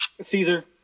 Caesar